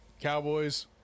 Cowboys